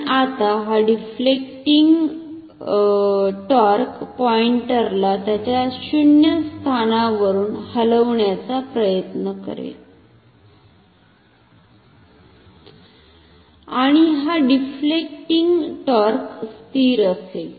आणि आता हा डिफ्लेक्टिव्हिंग टॉर्क पॉईंटरला त्याच्या 0 स्थानावरुन हलविण्याचा प्रयत्न करेल आणि हा डिफ्लेकटिंग टॉर्क स्थिर असेल